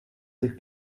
they